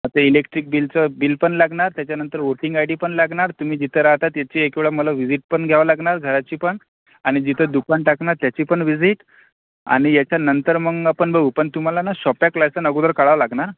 ते इलेक्ट्रिक बिलचं बिल पण लागणार त्याच्यानंतर वोटींग आय डी पण लागणार तुम्ही जिथं रहाता त्याची एक वेळ मला व्हिजिट पण घ्यावी लागणार घराची पण आणि जिथं दुकान टाकणार त्याची पण व्हिजिट आणि याच्यानंतर मग आपण बघू पण तुम्हाला ना शॉप ॲक्ट लायसन अगोदर काढावं लागणार